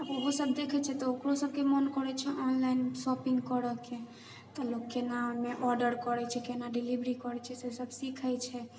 आब ओहो सब देखै छै तऽ ओकरो सबके मन करै छै ऑनलाइन शॉपिंग करैके तऽ लोग केना आर्डर करै छै केना डेलिवरी करै छै से सब सिखै छै